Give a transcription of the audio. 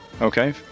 Okay